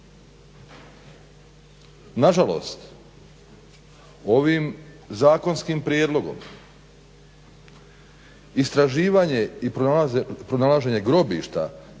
Nažalost ovim zakonskim prijedlogom istraživanje i pronalaženje grobišta